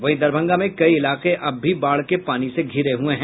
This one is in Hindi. वहीं दरभंगा में कई इलाके अब भी बाढ़ के पानी से घिरे हुए हैं